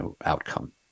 outcome